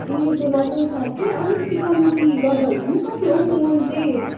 ए सोह्र सौ साठी अलिकति कम्ती गर्दा हुँदैन कति हो मुल तै